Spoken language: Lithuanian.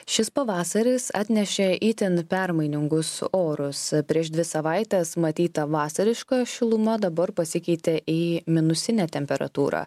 šis pavasaris atnešė itin permainingus orus prieš dvi savaites matyta vasariška šiluma dabar pasikeitė į minusinę temperatūrą